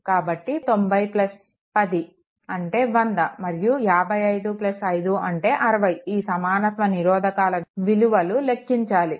కాబట్టి 90 10 అంటే 100 మరియు 55 5 అంటే 60 ఈ సమానత్వ నిరోధకాల విలువలు లెక్కించాలి